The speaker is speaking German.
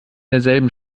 derselben